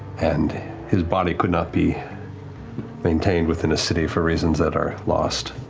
and his body could not be maintained within a city for reasons that are lost.